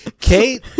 Kate